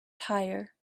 tyre